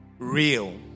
Real